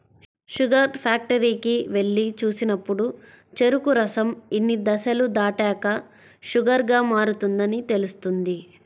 sugar ఫ్యాక్టరీకి వెళ్లి చూసినప్పుడు చెరుకు రసం ఇన్ని దశలు దాటాక షుగర్ గా మారుతుందని తెలుస్తుంది